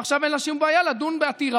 ועכשיו אין לה שום בעיה לדון בעתירה